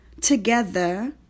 together